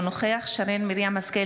אינו נוכח שרן מרים השכל,